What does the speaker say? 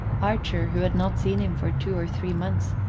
archer, who had not seen him for two or three months,